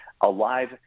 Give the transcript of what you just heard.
alive